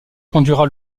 conduira